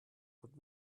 what